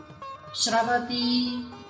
shravati